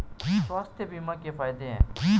स्वास्थ्य बीमा के फायदे हैं?